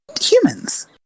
humans